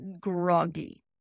groggy